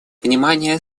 внимание